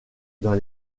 dans